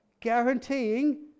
guaranteeing